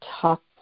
talk